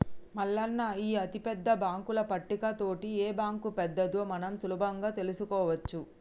మల్లన్న ఈ అతిపెద్ద బాంకుల పట్టిక తోటి ఏ బాంకు పెద్దదో మనం సులభంగా తెలుసుకోవచ్చు